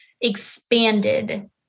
expanded